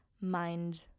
mind